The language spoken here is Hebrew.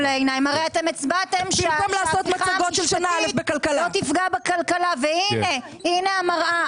הרי הצבעתם שההפיכה המשפטית לא תפגע בכלכלה והנה המראה,